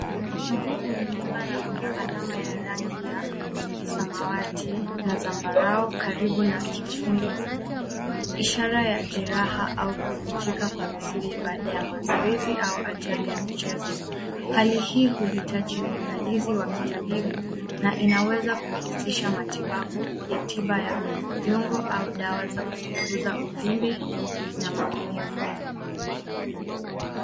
Mguu umevimba na una alama ya rangi ya samawati na zambarau karibu na kifundo ishara ya jeraha au kuvunjika kwa misuli baada ya mazoezi au ajali ya michezo. Hali hii huhitaji uwangalizi wa kitabibu na inaweza kuhusisha matibabu ya tiba ya viungo au dawa za kupunguza uvimbe na maumivu.